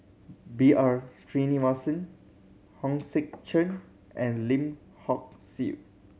B R Sreenivasan Hong Sek Chern and Lim Hock Siew